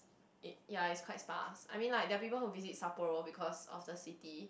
ya is quite spa I mean there are people who visit Sapporo because of the city